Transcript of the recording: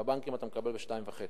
בבנקים אתה מקבל ב-2.5%,